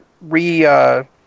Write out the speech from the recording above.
re